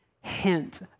hint